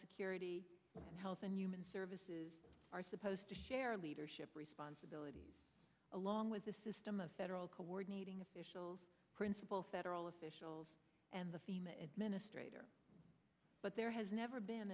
security health and human services are supposed to share leadership responsibilities along with the system of federal coordinating officials principal federal officials and the female administrator but there has never been